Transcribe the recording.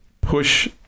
push